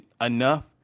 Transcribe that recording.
enough